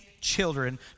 children